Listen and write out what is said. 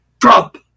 Trump